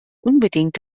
unbedingt